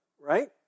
right